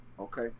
Okay